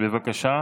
בבקשה,